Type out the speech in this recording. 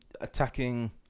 Attacking